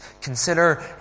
consider